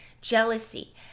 jealousy